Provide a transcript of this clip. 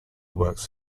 works